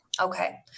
Okay